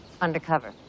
undercover